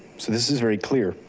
so this is very clear.